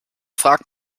fragt